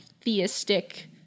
theistic